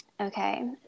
Okay